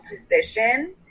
position